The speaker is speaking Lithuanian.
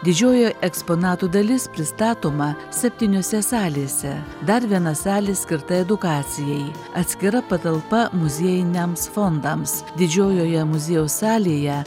didžioji eksponatų dalis pristatoma septyniose salėse dar viena salė skirta edukacijai atskira patalpa muziejiniams fondams didžiojoje muziejaus salėje